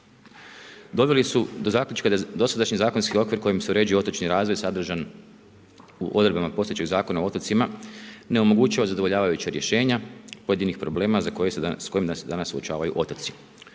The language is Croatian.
doveli su do zaključka da dosadašnji zakonski okvir kojim se uređuje otočni razvoj sadržan u odredbama postojećeg Zakona o otocima ne omogućuje zadovoljavajuća rješenja pojedinih problema s kojima se danas suočavaju otoci.